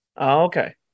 Okay